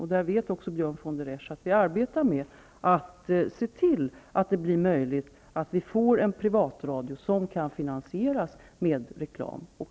Björn von der Esch vet också att vi arbetar med att se till att det blir möjligt att driva en privatradio som kan finansieras med reklam.